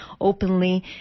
openly